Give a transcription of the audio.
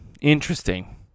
Interesting